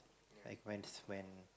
like when when